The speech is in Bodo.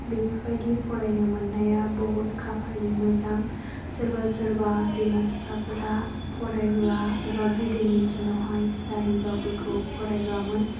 बेफोरबायदि फरायनो मोननाया बहुद खाफालनि मोजां सोरबा सोरबा बिमा बिफाफोरा फरायहोआ एबा गोदोनि दिनावहाय फिसा हिन्जावफोरखौ फरायहोआमोन